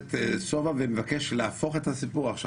הכנסת סובה ומבקש להפוך את הסיפור עכשיו.